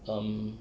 um